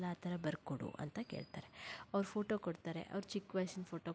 ಆ ಥರ ಬರ್ಕೊಡು ಅಂತ ಕೇಳ್ತಾರೆ ಅವರ ಫೋಟೊ ಕೊಡ್ತಾರೆ ಅವರ ಚಿಕ್ಕ ವಯಸ್ಸಿನ ಫೋಟೊ